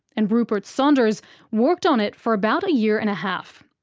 and rupert saunders worked on it for about a year and a half.